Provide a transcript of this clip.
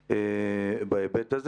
תודה, ניר ברקת.